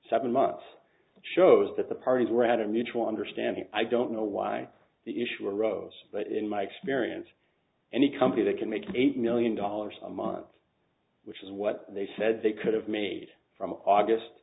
seven months shows that the parties were at a mutual understanding i don't know why the issue arose but in my experience any company that can make eight million dollars a month which is what they said they could have made from august